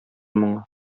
моңа